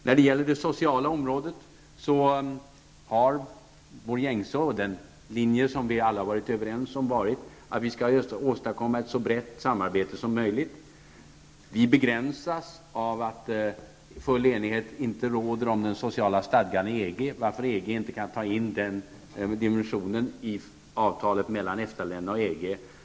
När det gäller det sociala området har vår gängse linje, den som vi alla har varit överens om, varit att vi skall åstadkomma ett så brett samarbete som möjligt. Vi begränsas av att full enighet inte råder om den sociala stadgan inom EG, varför EG inte kan ta in den dimensionen i avtalet mellan EFTA och EG-länderna.